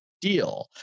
deal